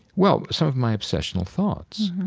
well, some of my obsessional thoughts.